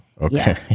okay